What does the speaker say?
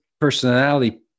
personality